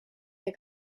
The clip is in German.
der